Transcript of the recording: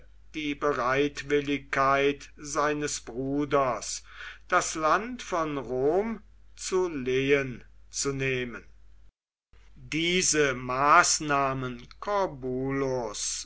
die bereitwilligkeit seines bruders das land von rom zu lehen zu nehmen diese maßnahmen